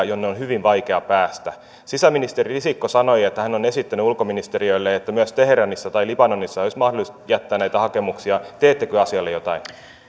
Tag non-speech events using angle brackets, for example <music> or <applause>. <unintelligible> jonne on on hyvin vaikea päästä sisäministeri risikko sanoi että hän on esittänyt ulkoministeriölle että myös teheranissa tai libanonissa olisi mahdollista jättää näitä hakemuksia teettekö asialle jotain